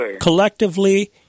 Collectively